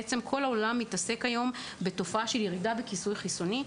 כל העולם מתעסק בירידה בכיסוי החיסוני.